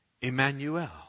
Emmanuel